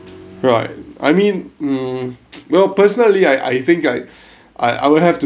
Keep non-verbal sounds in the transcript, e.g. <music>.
right I mean mm well personally I I think I <breath> I I would have to